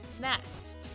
nest